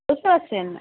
বুঝতে পারছেন